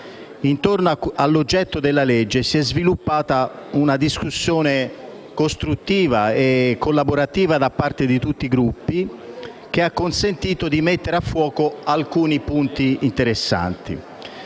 Intorno all'oggetto del provvedimento si è sviluppata una discussione costruttiva e collaborativa da parte di tutti i Gruppi, che ha consentito di mettere a fuoco alcuni punti interessanti.